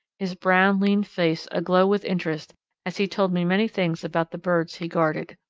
his brown, lean face aglow with interest as he told me many things about the birds he guarded.